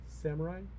samurai